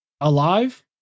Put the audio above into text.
alive